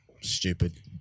stupid